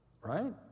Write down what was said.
right